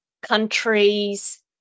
countries